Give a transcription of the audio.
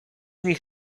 nich